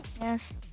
Yes